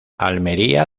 almería